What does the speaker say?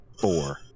Four